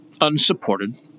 unsupported